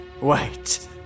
Wait